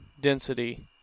density